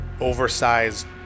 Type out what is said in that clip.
oversized